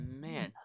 man